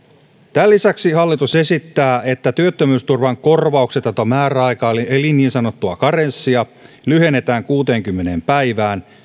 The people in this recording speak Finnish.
tämän lisäksi hallitus esittää että työttömyysturvan korvauksetonta määräaikaa eli eli niin sanottua karenssia lyhennetään kuuteenkymmeneen päivään